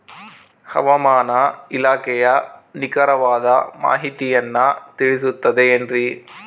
ಹವಮಾನ ಇಲಾಖೆಯ ನಿಖರವಾದ ಮಾಹಿತಿಯನ್ನ ತಿಳಿಸುತ್ತದೆ ಎನ್ರಿ?